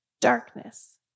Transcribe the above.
darkness